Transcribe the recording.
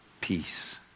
peace